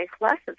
lessons